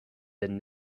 been